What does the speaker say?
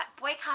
Boycott